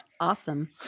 Awesome